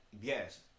yes